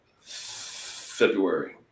February